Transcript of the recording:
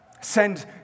Send